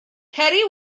ceri